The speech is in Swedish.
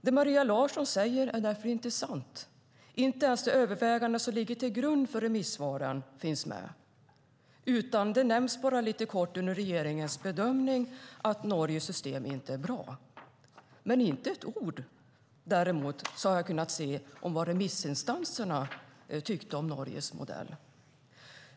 Det Maria Larsson säger är därför inte sant. Inte ens de överväganden som ligger till grund för remissvaren finns med, utan det nämns bara lite kort under regeringens bedömning att Norges system inte är bra. Jag har inte kunnat se ett ord om vad remissinstanserna tyckte om Norges modell.